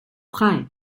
frei